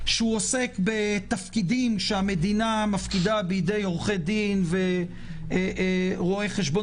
שעוסק בתפקידים שהמדינה מפקידה בידי עורכי דין ורואי חשבון